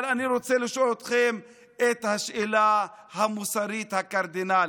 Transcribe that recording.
אבל אני רוצה לשאול אתכם את השאלה המוסרית הקרדינלית: